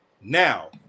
Now